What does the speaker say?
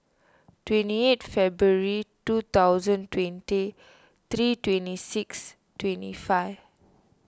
twenty eight February two thousand twenty three twenty six twenty five